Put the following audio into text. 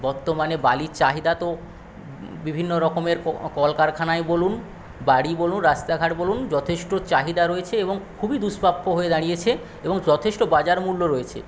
বর্তমানে বালির চাহিদা তো বিভিন্ন রকমের কলকারখানায় বলুন বাড়ি বলুন রাস্তাঘাট বলুন যথেষ্ট চাহিদা রয়েছে এবং খুবই দুষ্প্রাপ্য হয়ে দাঁড়িয়েছে এবং যথেষ্ট বাজার মূল্য রয়েছে